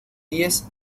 diez